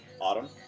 Autumn